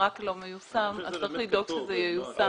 ורק לא מיושם אז צריך לדאוג שזה ייושם,